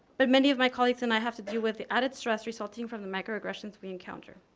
but many of my colleagues and i have to deal with the added stress resulting from the microaggressions we encounter.